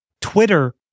Twitter